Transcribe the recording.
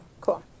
Cool